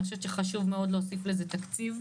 אני חושבת שחשוב מאוד להוסיף לזה תקציב.